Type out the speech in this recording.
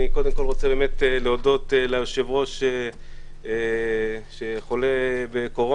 אני קודם כול רוצה באמת להודות ליושב-ראש שחולה בקורונה,